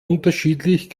unterschiedlich